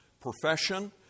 profession